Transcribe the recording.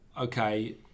okay